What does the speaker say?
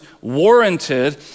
warranted